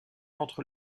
entre